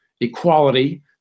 equality